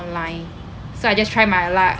online so I just try my luck